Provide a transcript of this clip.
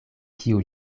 kiu